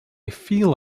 feel